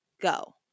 Go